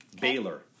Baylor